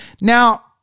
Now